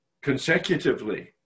consecutively